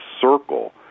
circle